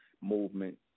movement